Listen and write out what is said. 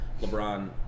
LeBron